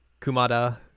Kumada